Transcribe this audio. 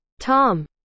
Tom